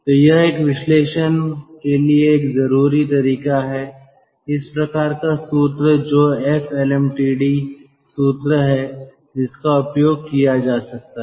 तो यह एक विश्लेषण के लिए एक जरूरी तरीका है इस प्रकार का सूत्र जो एफ एलएमटीडी सूत्र है जिसका उपयोग किया जा सकता है